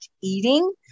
eating